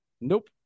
Nope